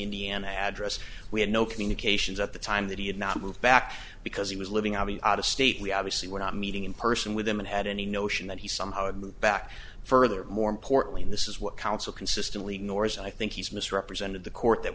indiana address we had no communications at the time that he had not moved back because he was living out of state we obviously were not meeting in person with him and had any notion that he somehow had moved back further more importantly in this is what counsel consistently nors i think he's misrepresented the court that